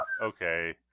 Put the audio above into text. okay